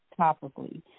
Topically